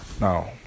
Now